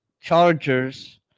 Chargers